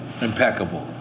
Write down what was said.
impeccable